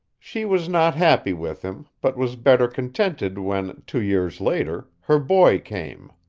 she was not happy with him, but was better contented when, two years later, her boy came.